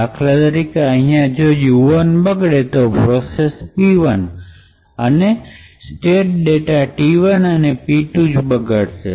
દાખલા તરીકે અહીંયા u ૧ બગડે તો પ્રોસેસ p ૧ અને સ્ટેટ ડેટા t ૧ અને p ૨ બગડશે